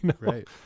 right